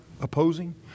Opposing